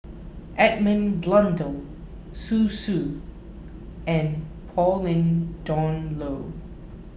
Edmund Blundell Zhu Xu and Pauline Dawn Loh